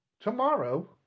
tomorrow